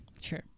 Sure